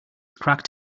cracked